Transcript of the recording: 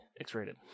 x-rated